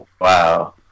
wow